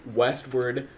westward